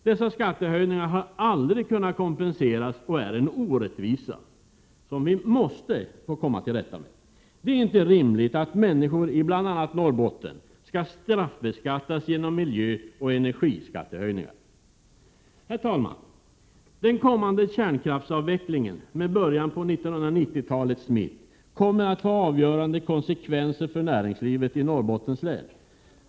Dessa skattehöjningar har aldrig kunnat kompenseras och är en orättvisa som vi måste få komma till rätta med. Det är inte rimligt att människor i bl.a. Norrbotten skall straffbeskattas genom miljöoch energiskattehöjningar. Herr talman! Den kommande kärnkraftsavvecklingen med början på 1990-talets mitt kommer att få avgörande konsekvenser för näringslivet i Norrbottens län.